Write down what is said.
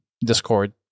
Discord